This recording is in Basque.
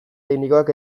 teknikoak